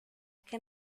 qué